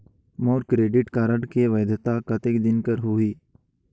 मोर credit card के वैधता कतेक दिन कर होही?